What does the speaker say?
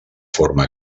forma